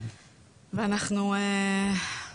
אנחנו מה